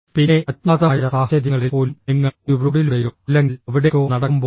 പിന്നെ അജ്ഞാതമായ സാഹചര്യങ്ങളിൽ പോലും നിങ്ങൾ ഒരു റോഡിലൂടെയോ അല്ലെങ്കിൽ അവിടേക്കോ നടക്കുമ്പോൾ